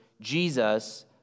Jesus